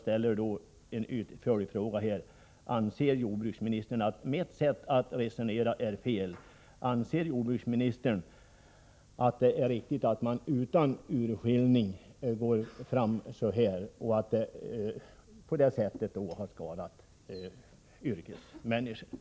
felaktigt? Anser jordbruksministern att det är riktigt att man, på det sätt som har skett, går fram utan urskillning och skadar yrkesmännens intressen?